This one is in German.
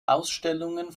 ausstellungen